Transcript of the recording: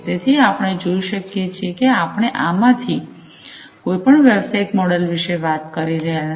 તેથી આપણે જોઈ શકીએ છીએ કે આપણે આમાંથી કોઈ પણ વ્યવસાયિક મોડેલ વિશે વાત કરી રહ્યા નથી